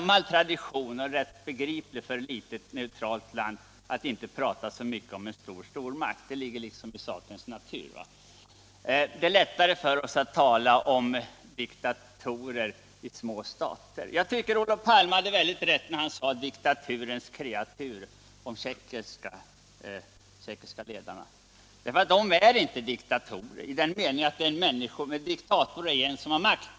Det är en gammal och rätt begriplig tradition att ett litet neutralt land inte pratar så mycket om diktatur i en närliggande stormakt — det ligger så att säga i sakens natur. Det är lättare för oss att tala om diktatorer i små stater. Jag tycker Olof Palme med rätta kallade de tjeckiska ledarna ”diktaturens kreatur”. De är nämligen inte diktatorer, för en diktator är ju någon som har makt.